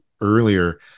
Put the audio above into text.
earlier